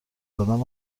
زدن